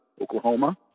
Oklahoma